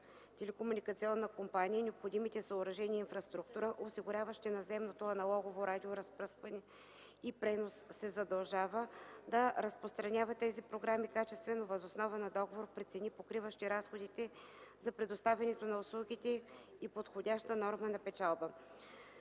телекомуникационна компания необходимите съоръжения и инфраструктура, осигуряващи наземното аналогово радиоразпръскване и пренос, се задължава да разпространява тези програми качествено въз основа на договор при цени, покриващи разходите за предоставянето на услугите и подходяща норма на печалба.